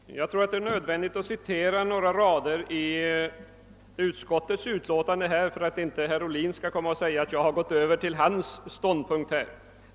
Herr talman! Jag tror att det är nödvändigt att citera några rader i utskottets utlåtande för att inte herr Ohlin skall kunna säga att jag har gått över till hans ståndpunkt.